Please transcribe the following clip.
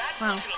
Wow